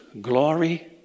glory